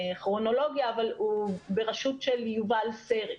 בכרונולוגיה, אבל הוא בראשות של יובל סרי.